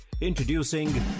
Introducing